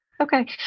Okay